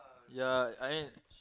ya I mean